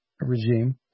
regime